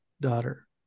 daughter